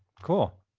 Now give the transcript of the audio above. cool.